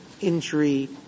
injury